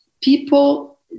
people